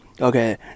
Okay